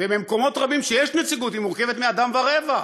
ובמקומות רבים שיש נציגות, היא מורכבת מאדם ורבע.